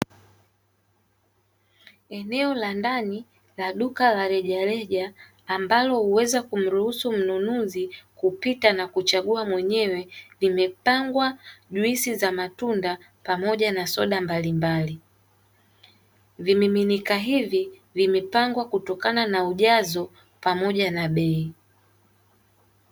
Eneo la ndani la duka la reja reja ambalo huweza kumruhusu mnunuzi kupita na kuchagua mwenyewe, limepangwa juisi za matunda pamoja na soda mbalimbali, vimiminika hivi vimepangwa kutokana na ujazo pamoja na bei